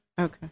Okay